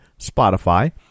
Spotify